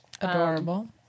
adorable